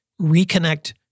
reconnect